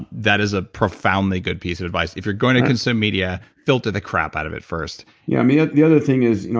that is a profoundly good piece of advice. if you're going to consume media, filter the crap out of it first yeah yeah the other thing is, you know